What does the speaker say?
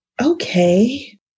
okay